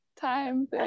time